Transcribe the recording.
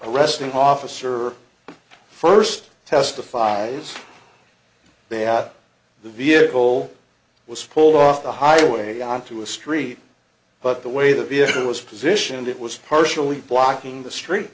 arresting officer first testifies they out the vehicle was pulled off the highway onto a street but the way the vehicle was positioned it was partially blocking the street